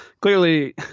clearly